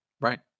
Right